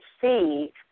see